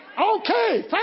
Okay